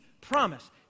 promise